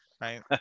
right